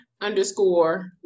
underscore